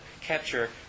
capture